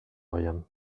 rien